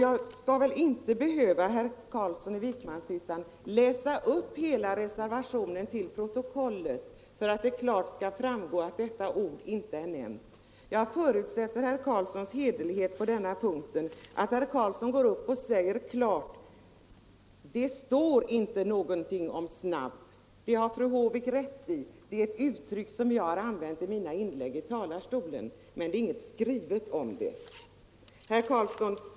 Jag skall väl, herr Carlsson i Vikmanshyttan, inte behöva läsa upp hela reservationen för att det klart skall framgå att ordet snabb inte är med. Jag förutsätter att herr Carlsson är hederlig på denna punkt och klart medger att det inte står någonting om det; det är ett uttryck som herr Carlsson använt i sina inlägg, men det finns inte skrivet.